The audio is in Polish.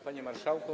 Panie Marszałku!